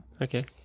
Okay